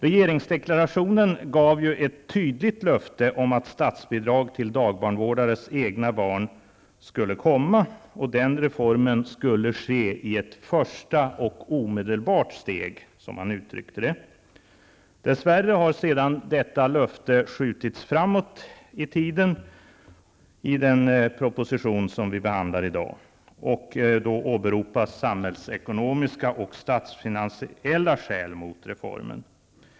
Regeringsdeklarationen gav ett tydligt löfte om att statsbidrag till dagbarnvårdares egna barn skulle komma, och den reformen skulle ske i ett första och omedelbart steg, som man uttryckte det. Dess värre har sedan detta löfte skjutits framåt i tiden i den proposition som vi behandlar i dag. Då åberopas samhällsekonomiska och statsfinansiella skäl mot reformen.